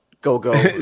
go-go